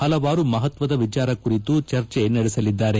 ಹಲವಾರು ಮಹತ್ವದ ವಿಚಾರ ಕುರಿತು ಚರ್ಚೆ ನಡೆಸಲಿದ್ದಾರೆ